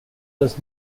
does